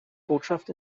botschaft